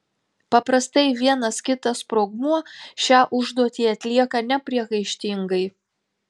paprastai vienas kitas sprogmuo šią užduotį atlieka nepriekaištingai